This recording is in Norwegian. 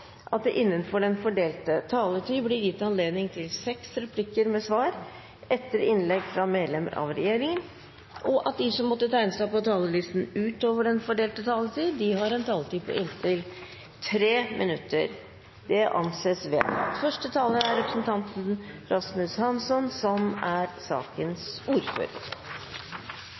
det – innenfor den fordelte taletid – blir gitt anledning til seks replikker med svar etter innlegg fra medlemmer av regjeringen, og at de som måtte tegne seg på talerlisten utover den fordelte taletid, får en taletid på inntil 3 minutter. – Det anses vedtatt. Først vil jeg takke komiteen for godt samarbeid i en viktig sak. Det er